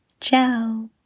Ciao